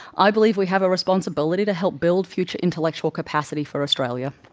i believe we have a responsibility to help build future intellectual capacity for australia.